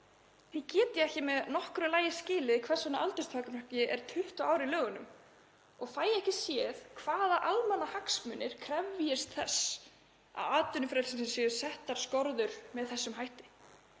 Því get ég ekki með nokkru lagi skilið hvers vegna aldurstakmarkið er 20 ár í lögunum og fæ ég ekki séð hvaða almannahagsmunir krefjist þess að atvinnufrelsi séu settar skorður með þessum hætti.